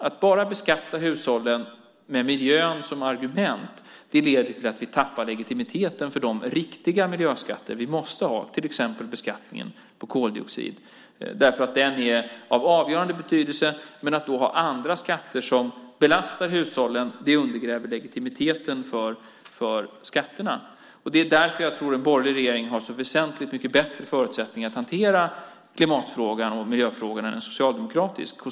Att bara beskatta hushållen med miljön som argument leder till att vi tappar legitimiteten för de riktiga miljöskatter vi måste ha, till exempel beskattningen på koldioxid. Denna beskattning är av avgörande betydelse, men har man då andra skatter som belastar hushållen undergrävs legitimiteten för skatterna. Därför tror jag att en borgerlig regering har väsentligt mycket bättre förutsättningar att hantera klimatfrågan och miljöfrågorna än en socialdemokratisk regering.